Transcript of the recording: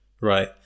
Right